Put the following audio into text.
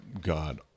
God